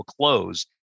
close